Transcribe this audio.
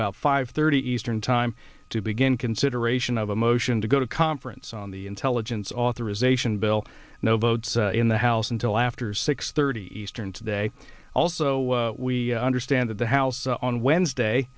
about five thirty eastern time to begin consideration of a motion to go to conference on the intelligence authorization bill no votes in the house until after six thirty eastern today also so we understand that the house on wednesday